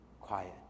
quiet